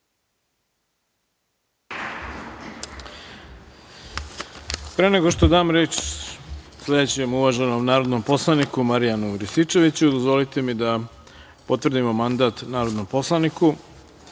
Pre nego što dam reč sledećem uvaženom narodnom poslaniku, Marijanu Rističeviću, dozvolite mi da potvrdimo mandat narodnom poslaniku. Pošto